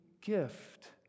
gift